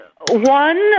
One